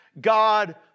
God